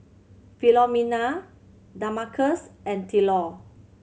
Philomena Damarcus and Tylor